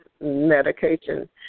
medication